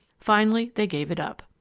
finally they gave it up.